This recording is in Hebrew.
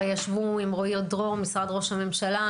הרי ישבו עם רועי דרור במשרד ראש הממשלה.